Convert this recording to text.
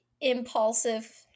impulsive